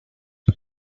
had